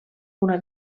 una